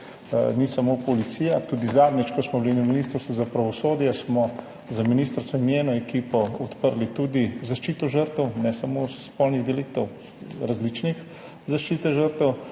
ni samo policija, tudi zadnjič, ko smo bili na Ministrstvu za pravosodje, smo za ministrico in njeno ekipo odprli zaščito žrtev, ne samo spolnih deliktov, različne zaščite žrtev.